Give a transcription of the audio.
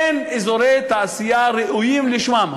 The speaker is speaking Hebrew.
אין אזורי תעשייה ראויים לשמם.